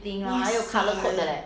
!wow! so nice